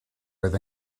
oedd